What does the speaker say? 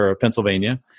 Pennsylvania